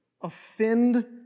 offend